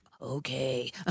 Okay